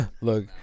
Look